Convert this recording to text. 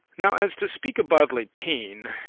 now as to speak of bodily pain,